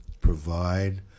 provide